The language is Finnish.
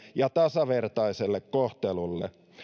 ja tasavertaisen kohtelun suuntaan